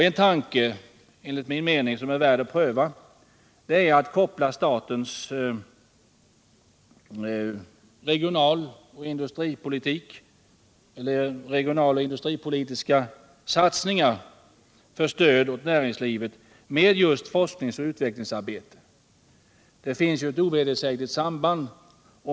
En tanke värd att pröva är enligt min mening att koppla samman statens regionaloch industripolitiska satsningar för stöd åt näringslivet med just forskningsoch utvecklingsarbetet. Det finns ju ett ovedersägligt samband.